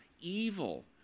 evil